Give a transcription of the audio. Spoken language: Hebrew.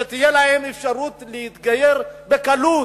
שתהיה להם אפשרות להתגייר בקלות.